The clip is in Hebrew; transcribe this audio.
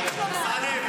אמסלם,